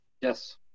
Yes